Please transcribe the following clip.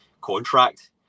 contract